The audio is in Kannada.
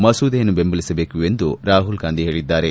ಮಸೂದೆಯನ್ನು ಬೆಂಬಲಿಸಬೇಕು ಎಂದು ರಾಹುಲ್ ಗಾಂಧಿ ಹೇಳಿದ್ದಾರೆ